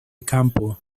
campo